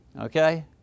okay